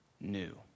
new